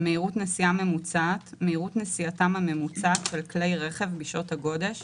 "מהירות נסיעה ממוצעת" מהירות נסיעתם הממוצעת של כלי רכב בשעות הגודש,